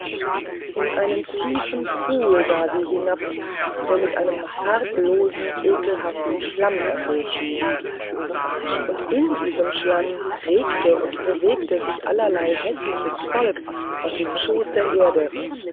in einen tiefen pfuhl sah sie hinab der mit einem farblosen ekelhaften schlamm gefüllt schien und in diesem schlamm regte und bewegte sich allerlei häßliches volk aus dem schoß der erde